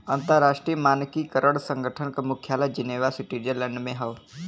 अंतर्राष्ट्रीय मानकीकरण संगठन क मुख्यालय जिनेवा स्विट्जरलैंड में हौ